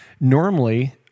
normally